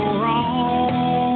wrong